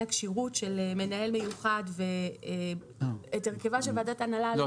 הכשירות של מנהל מיוחד ואת הרכבה של ועדת ההנהלה.